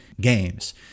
games